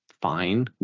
fine